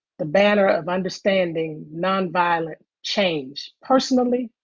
the banner of understanding nonviolent change, personally,